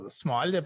small